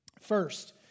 First